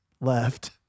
left